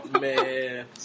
Man